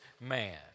man